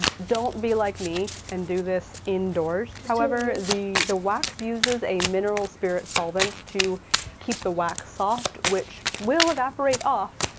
don't be like me and do this indoors, however. the the wax uses a mineral spirit solvent to keep the wax soft, which will evaporate off.